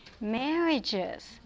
marriages